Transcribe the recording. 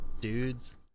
Dudes